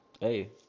hey